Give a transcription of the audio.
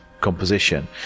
composition